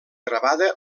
gravada